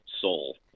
soul